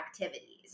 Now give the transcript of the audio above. activities